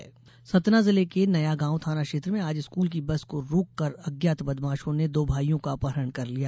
अपहरण सतना जिले के नयागांव थाना क्षेत्र में आज स्कूल की बस को रोक कर अज्ञात बदमाशों ने दो भाइयों का अपहरण कर लिया